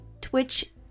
twitch